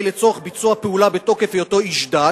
לצורך ביצוע פעולה בתוקף היותו איש דת,